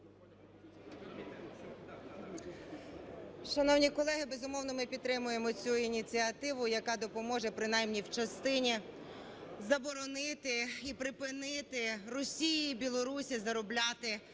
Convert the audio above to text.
Шановні колеги, безумовно, ми підтримуємо цю ініціативу, яка допоможе принаймні в частині заборонити і припинити Росії і Білорусі заробляти